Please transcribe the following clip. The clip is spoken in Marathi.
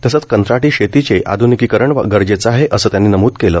तसंच कंत्राटी शेतीचे आध्निकीकरण गरजेचं आहे असं त्यांनी नमूद केलं